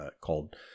called